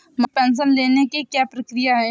मासिक पेंशन लेने की क्या प्रक्रिया है?